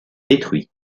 détruits